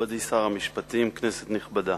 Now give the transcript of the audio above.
מכובדי שר המשפטים, כנסת נכבדה,